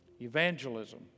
evangelism